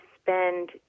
spend